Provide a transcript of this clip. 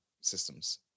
systems